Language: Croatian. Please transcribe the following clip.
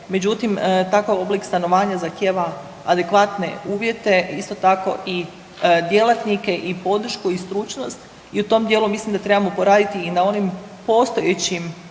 međutim takav oblik stanovanja zahtjeva adekvatne uvjete isto tako i djelatnike i podršku i stručnost. I u tom dijelu mislim da trebamo poraditi i na onim postojećim